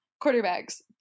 quarterbacks